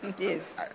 Yes